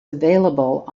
available